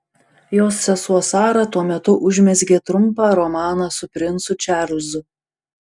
jos sesuo sara tuo metu užmezgė trumpą romaną su princu čarlzu